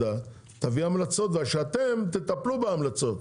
שהוועדה תביא המלצות, שאתם תטפלו בהמלצות.